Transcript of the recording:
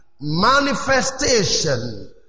manifestation